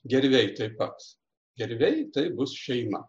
gerviai tap pat gerviai tai bus šeima